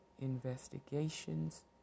investigations